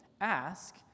ask